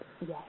Yes